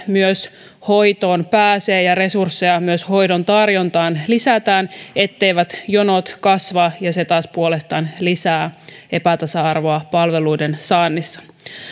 hoitoon myös pääsee ja resursseja myös hoidon tarjontaan lisätään niin etteivät jonot kasva ja se taas puolestaan lisää epätasa arvoa palveluiden saannissa